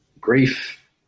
grief